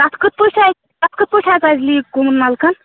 تَتھ کِتھٕ پٲٹھۍ آسہِ تَتھ کِتھٕ پٲٹھۍ حظ اَسہِ لیٖک گوٚمُت نَلکَن